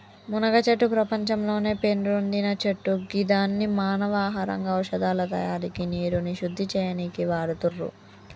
మునగచెట్టు ప్రపంచంలోనే పేరొందిన చెట్టు గిదాన్ని మానవ ఆహారంగా ఔషదాల తయారికి నీరుని శుద్ది చేయనీకి వాడుతుర్రు